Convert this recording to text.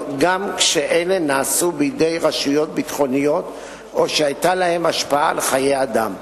גם כשאלה נעשו בידי רשויות ביטחוניות או שהיתה להן השפעה על חיי אדם.